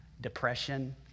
depression